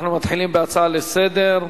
אנחנו מתחילים בהצעה לסדר-היום: